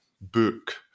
book